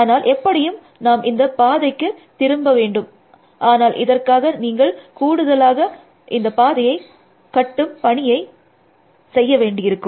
ஆனால் எப்படியும் நாம் இந்த பாதைக்கு திரும்ப வேண்டும் ஆனால் இதற்காக நீங்கள் கூடுதலாக இந்த பாதையை கட்டும் பணியை நீங்கள் செய்ய வேண்டியிருக்கும்